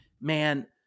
Man